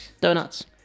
Donuts